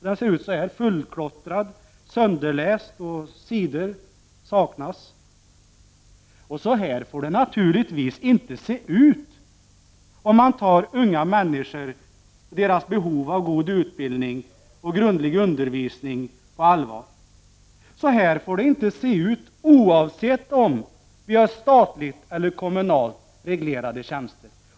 Boken är fullklottrad och sönderläst, och sidor saknas. Så får det naturligtvis inte se ut, om man tar unga människor och deras behov av god utbildning och grundlig undervisning på allvar! Så får det inte se ut, oavsett om vi har statligt eller kommunalt reglerade tjänster.